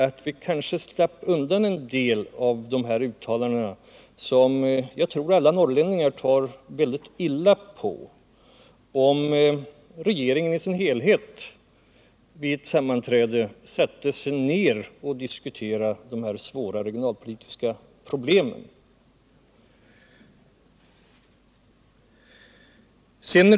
Vi skulle kanske slippa en del uttalanden av det här aktuella slaget — som jag tror att alla norrlänningar tar mycket illa vid sig av — om regeringen i sin helhet skulle diskutera de svåra regionalpolitiska problemen vid ett regeringssammanträde.